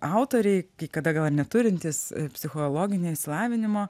autoriai kai kada gal ir neturintys psichologinio išsilavinimo